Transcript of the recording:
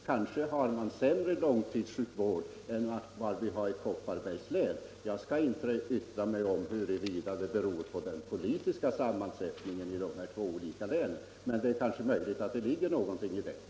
Kanske har man där sämre långtidssjukvård än i mitt hemlän Kopparbergs län. Jag skall inte yttra mig om huruvida det i så fall beror på den politiska sammansättningen i de här två olika länen, men det är väl inte uteslutet att det har med saken att göra.